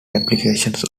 applications